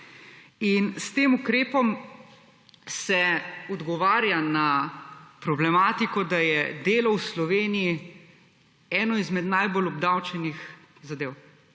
S tem ukrepom se odgovarja na problematiko, da je delo v Sloveniji eno izmed najbolj obdavčenih zadev,